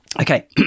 okay